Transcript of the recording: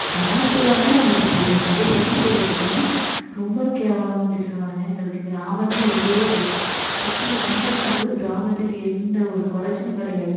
கிராமத்தில் வந்து நம்பளுக்கு தெரியும் அதே சிட்டி சைடு எடுத்துட்டோம்னால் ரொம்ப கேவலமாக பேசுவானுங்க க அதுக்கு கிராமமே எவ்வளோவோ பெஸ்ட்டு சிட்டியை கம்பேர் பண்ணும்போது கிராமத்துக்கு எந்த ஒரு குறச்சலும் கிடையாது